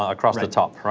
ah across the top, right,